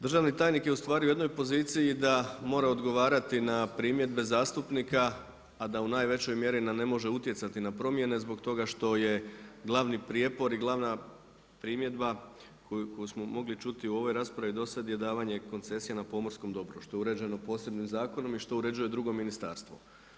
Državni tajnik je u jednoj poziciji da mora odgovarati na primjedbe zastupnika a da u najvećoj mjeri ne može utjecati na promjene zbog toga što je glavni prijepor i glavna primjedba koju smo mogli čuti u ovoj raspravi do sada je davanje koncesija na pomorskom … što je uređeno posebnim zakonom i što uređuje drugo ministarstvo.